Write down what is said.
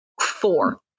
four